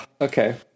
okay